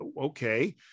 okay